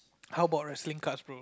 how about wrestling cards bro